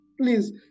Please